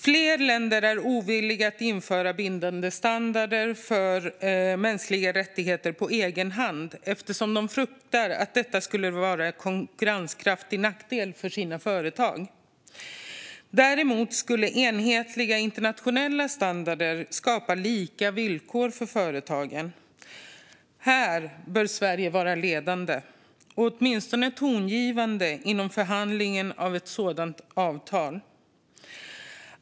Flera länder är ovilliga att införa bindande standarder för mänskliga rättigheter på egen hand eftersom de fruktar att detta skulle vara en konkurrensnackdel för företagen. Däremot skulle enhetliga internationella standarder skapa lika villkor för företagen. Här bör Sverige vara ledande eller åtminstone tongivande i förhandlingen av ett sådant avtal.